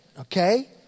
okay